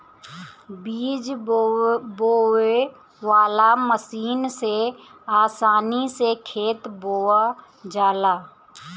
बीज बोवे वाला मशीन से आसानी से खेत बोवा जाला